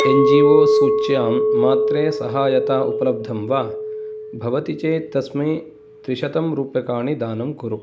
N G O सूच्यां मात्रे सहायता उपलब्धं वा भवति चेत् तस्मै त्रिशतं रुप्यकाणि दानं कुरु